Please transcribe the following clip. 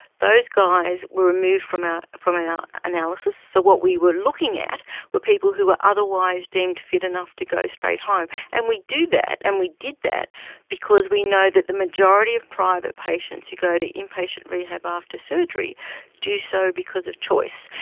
those guys were removed from our from and our analysis. so what we were looking at were people who were otherwise deemed fit enough to go straight home. and we do that and we did that because we know that the majority of private patients who go to inpatient rehab after surgery do so because of choice.